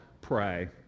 pray